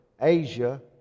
Asia